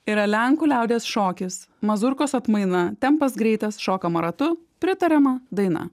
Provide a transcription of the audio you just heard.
yra lenkų liaudies šokis mazurkos atmaina tempas greitas šokama ratu pritariama daina